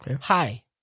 Hi